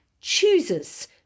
chooses